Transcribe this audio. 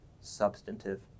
substantive